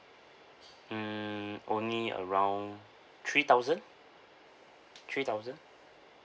hmm only around three thousand three thousand